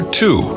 two